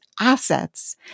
assets